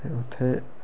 फिर उत्थें